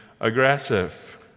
aggressive